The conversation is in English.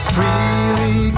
Freely